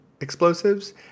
explosives